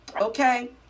Okay